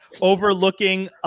overlooking